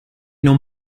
non